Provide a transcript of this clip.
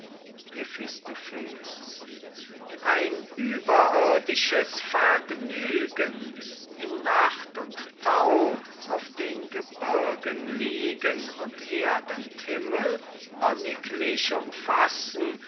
ein überirdisches vergnügen in nacht und thau auf den gebirgen liegen und erd und himmel wonniglich umfassen